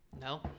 No